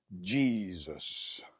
Jesus